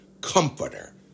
Comforter